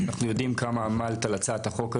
אנחנו יודעים כמה עמלת על הצעת החוק הזאת,